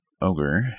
Ogre